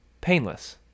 painless